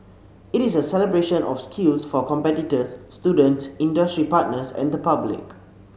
it is a celebration of skills for competitors students industry partners and the public